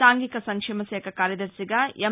సాంఘిక సంక్షేమ శాఖ కార్యదర్శిగా ఎం